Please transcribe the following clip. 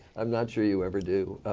i'm not sure you ever do.